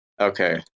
Okay